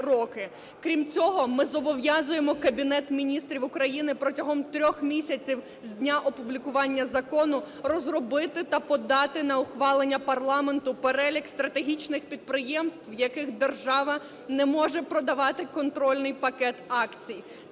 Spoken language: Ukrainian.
Крім цього, ми зобов'язуємо Кабінет Міністрів України протягом 3 місяців з дня опублікування закону розробити та подати на ухвалення парламенту перелік стратегічних підприємств, в яких держава не може продавати контрольний пакет акцій.